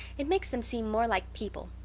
it makes them seem more like people.